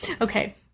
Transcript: Okay